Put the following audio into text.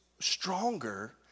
stronger